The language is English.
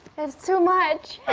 and so much.